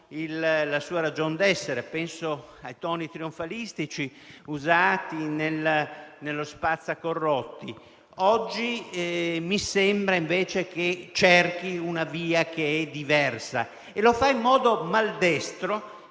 la sua ragion d'essere. Penso ai toni trionfalistici usati nella discussione sul cosiddetto spazzacorrotti. Oggi mi sembra invece che cerchi una via che è diversa e lo fa in modo maldestro,